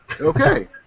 Okay